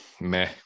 meh